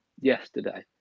yesterday